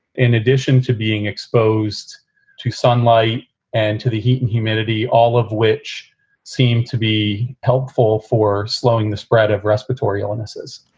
in addition to being exposed to sunlight and to the heat and humidity, all of which seem to be helpful for slowing the spread of respiratory illnesses,